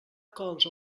cols